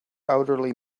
elderly